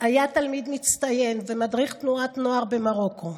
היה תלמיד מצטיין ומדריך תנועת נוער במרוקו.